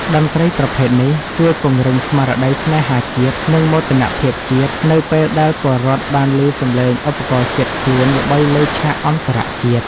តន្ត្រីប្រភេទនេះជួយពង្រឹងស្មារតីស្នេហាជាតិ និងមោទនភាពជាតិ នៅពេលដែលពលរដ្ឋបានឮសំឡេងឧបករណ៍ជាតិខ្លួនល្បីលើឆាកអន្តរជាតិ។